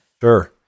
Sure